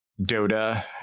Dota